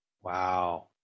Wow